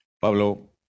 Pablo